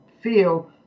feel